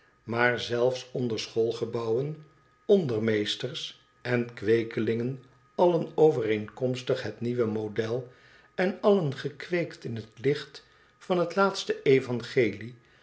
maar zelfs onder schoolgebouwen ondermeesters en kweekelingen allen overeenkomstig het nieuwe model en allen gekweekt in het ucht van het laatste evangelie